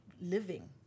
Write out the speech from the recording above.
living